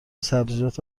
سبزیجات